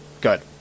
Good